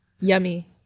Yummy